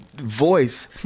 voice